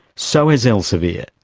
so has elsevier.